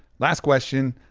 last question,